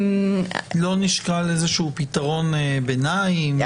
לא נשקל איזשהו פתרון ביניים?